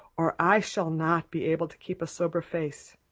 or i shall not be able to keep a sober face.